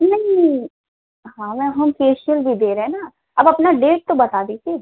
नहीं नी हाँ मैम हम फ़ेशियल भी दे रहे ना आप अपना डेट तो बता दीजिए